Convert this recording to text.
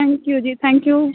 thank you ji thank you